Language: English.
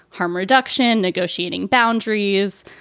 harm reduction, negotiating boundaries,